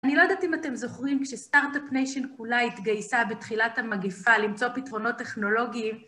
אני לא יודעת אם אתם זוכרים, כשסטארט-אפ ניישן כולה התגייסה בתחילת המגפה למצוא פתרונות טכנולוגיים